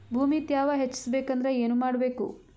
ಭೂಮಿ ತ್ಯಾವ ಹೆಚ್ಚೆಸಬೇಕಂದ್ರ ಏನು ಮಾಡ್ಬೇಕು?